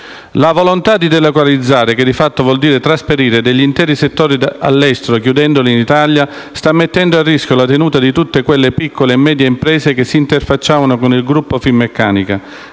La volontà di delocalizzare, che di fatto vuol dire trasferire degli interi settori all'estero, chiudendoli in Italia, sta mettendo a rischio la tenuta di tutte quelle piccole e medie imprese che si interfacciavano con il gruppo di Finmeccanica